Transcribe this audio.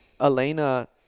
Elena